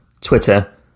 Twitter